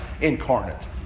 incarnate